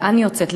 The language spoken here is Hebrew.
לאן היא יוצאת,